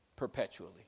perpetually